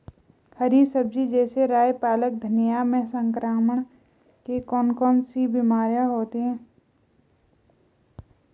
हरी सब्जी जैसे राई पालक धनिया में संक्रमण की कौन कौन सी बीमारियां होती हैं?